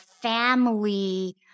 family